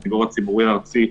של הסנגוריה הציבורית הארצית,